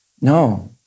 No